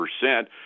percent